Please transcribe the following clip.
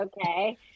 okay